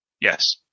Yes